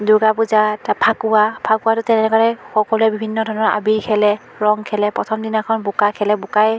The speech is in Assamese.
দুৰ্গা পূজা তা ফাকুৱা ফাকুৱাতো তেনেদৰেই সকলোৱে বিভিন্ন ধৰণৰ আবিৰ খেলে ৰং খেলে প্ৰথম দিনাখন বোকা খেলে বোকাই